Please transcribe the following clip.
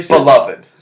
beloved